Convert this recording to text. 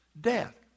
death